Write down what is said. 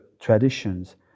traditions